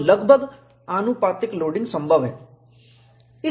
तो लगभग आनुपातिक लोडिंग संभव है